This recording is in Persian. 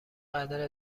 قدر